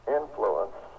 influence